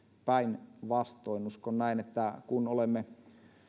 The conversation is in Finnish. päinvastoin uskon että kun olemme